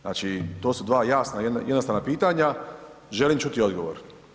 Znači, to su dva jasna i jednostavna pitanja, želim čuti odgovor.